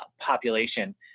population